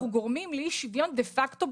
אנחנו גורמים לאי שוויון בשטח דה פקטו,